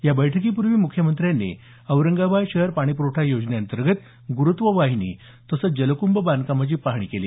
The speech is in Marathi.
या बैठकीपूर्वी म्ख्यमंत्र्यांनी औरंगाबाद शहर पाणीप्रवठा योजने अंतर्गत गुरुत्व वाहिनी तसंच जलकूंभ बांधकामाची पाहणी केली